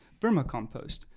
vermicompost